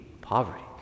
poverty